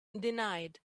denied